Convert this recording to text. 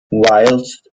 whilst